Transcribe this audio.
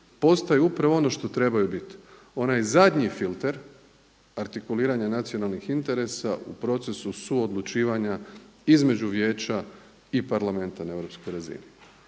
postaju upravo ono što trebaju biti, onaj zadnji filter artikuliranja nacionalnih interesa u procesu suodlučivanja između Vijeća i parlamenta na europskoj razini.